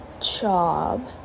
job